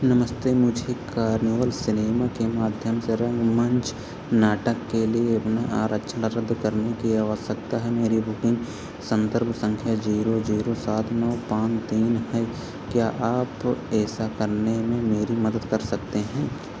नमस्ते मुझे Carnival Cinema के माध्यम से रंगमंच नाटक के लिए अपना आरक्षण रद्द करने की आवश्यकता है मेरी बुकिंग संदर्भ संख्या जीरो जीरो सात नौ पाँच तीन है क्या आप ऐसा करने में मेरी मदद कर सकते हैं